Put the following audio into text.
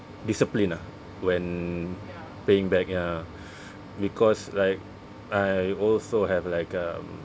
discipline ah when paying back ya because like I also have like um